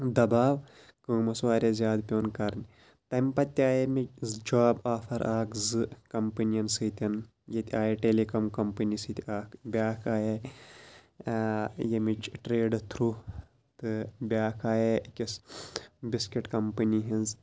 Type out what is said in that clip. دَباو کٲم ٲس واریاہ زیادٕ پٮ۪وان کَرٕنۍ تَمہِ پَتہٕ تہِ آیے مےٚ جاب آفَر اَکھ زٕ کمپنِیَن سۭتۍ ییٚتہِ آیے ٹیلیٖکام کمپٔنی سۭتۍ اَکھ بیٛاکھ آیے ییٚمِچ ٹرٛیڈ تھرٛوٗ تہٕ بیٛاکھ آیے أکِس بِسکِٹ کمپٔنی ہِنٛز